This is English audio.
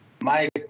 Mike